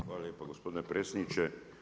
Hvala lijepa gospodine predsjedniče.